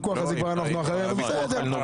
אנחנו כבר אחרי הוויכוח.